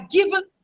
given